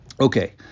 Okay